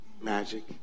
magic